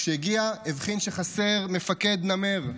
כשהגיע הבחין שחסר מפקד נמ"ר.